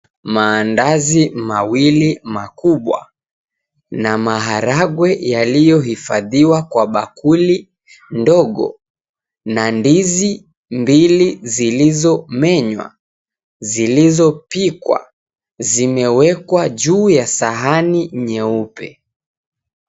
Mandazi mawili makubwa na maharagwe yaliyo hifadhiwa kwa bakuli ndogo, na ndizi mbili zilizomenywa zilizopikwa zimewekwa juu ya sahani nyeupe.